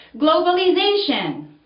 Globalization